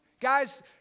Guys